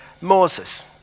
Moses